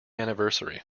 anniversary